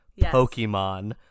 Pokemon